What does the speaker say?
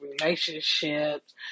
relationships